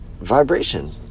vibration